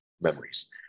memories